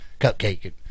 cupcake